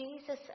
Jesus